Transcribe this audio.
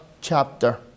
chapter